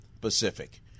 Pacific